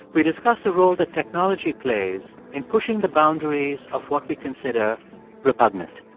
we discuss the role that technology plays in pushing the boundaries of what we consider repugnant